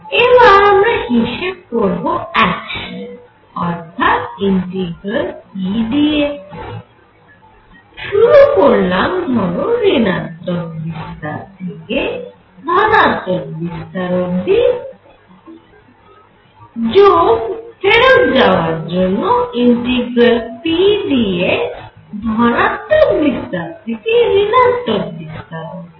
এবার আমরা হিসেব করব অ্যাকশান অর্থাৎ p dx শুরু করলাম ধরো ঋণাত্মক বিস্তার থেকে ধনাত্মক বিস্তার অবধি যোগ ফেরত যাওয়ার জন্য ইন্টিগ্রাল p dx ধনাত্মক বিস্তার থেকে ঋণাত্মক বিস্তার অবধি